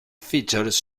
features